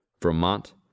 Vermont